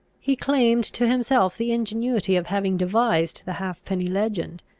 he claimed to himself the ingenuity of having devised the halfpenny legend,